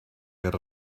ger